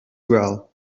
well